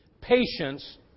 patience